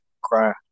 cry